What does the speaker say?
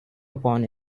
upon